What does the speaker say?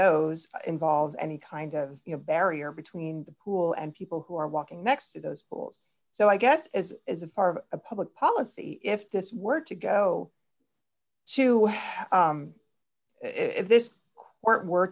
those involve any kind of you know barrier between the pool and people who are walking next to those pools so i guess as is a far a public policy if this were to go to if this